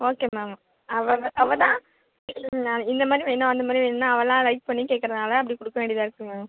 okay ma'am அவள் வந்து அவள் தான் இல்லை மேம் இந்தமாதிரி வேணும் அந்தமாதிரி வேணும்னு அவளாக லைக் பண்ணி கேட்கறதுனால அப்படி கொடுக்க வேண்டியாதாக இருக்குது மேம்